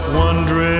wondering